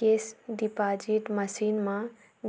cash deposit machine म